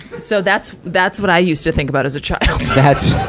so that's, that's what i used to think about as a child. that's,